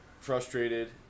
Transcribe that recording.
frustrated